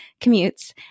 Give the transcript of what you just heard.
commutes